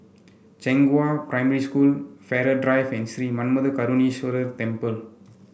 Zhenghua Primary School Farrer Drive and Sri Manmatha Karuneshvarar Temple